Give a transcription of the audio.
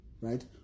right